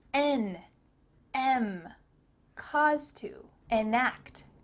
en em cause to, enact,